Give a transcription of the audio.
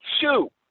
Shoo